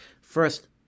First